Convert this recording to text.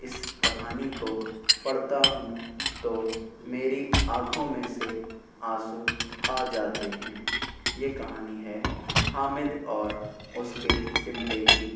اس کہانی کو پڑھتا ہوں تو میری آنکھوں میں سے آنسو آ جاتے ہیں یہ کہانی ہے حامد اور اس کے چمٹے کی